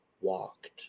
walked